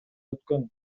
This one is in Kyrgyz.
өткөн